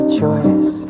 choice